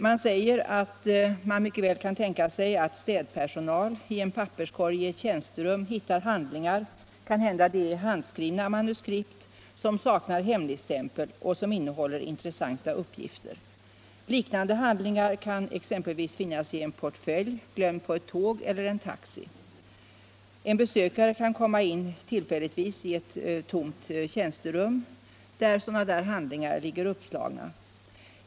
Man säger att det mycket väl kan tänkas att städpersonal i en papperskorg i ett tjänsterum hittar handlingar, kanhända handskrivna manuskript, som saknar hemligstämpel och som innehåller intressanta uppgifter. Liknande handlingar kan exempelvis finnas i en portfölj, glömd på ett tåg eller i en taxi. En besökare kan komma in tillfälligtvis i ett tomt tjänsterum, där hemliga handlingar ligger uppslagna.